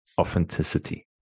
authenticity